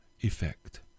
effect